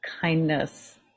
kindness